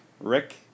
Rick